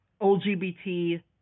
LGBT